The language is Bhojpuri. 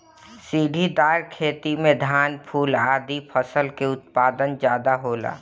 सीढ़ीदार खेती में धान, फूल आदि फसल कअ उत्पादन ज्यादा होला